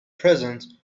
present